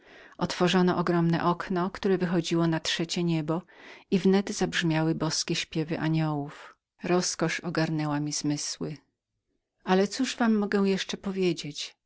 otworzono ogromne okno które wychodziło na trzecie niebo i wnet zabrzmiały boskie śpiewy aniołów rozkosz ogarnęła mi zmysły ale cóż wam mogę jeszcze powiedzieć